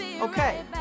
Okay